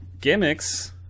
gimmicks